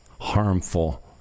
harmful